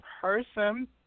person